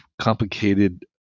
complicated